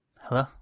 hello